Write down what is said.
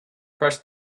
press